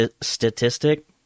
statistic